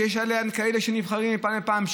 שיש עליה כאלה שהם נבחרים מפעם לפעם,